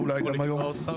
ואולי גם היום.